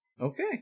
Okay